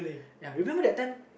ya remember that time